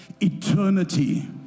eternity